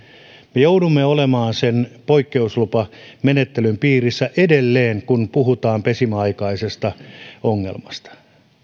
me joudumme olemaan sen poikkeuslupamenettelyn piirissä edelleen kun puhutaan pesimäaikaisesta ongelmasta